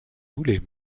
voulez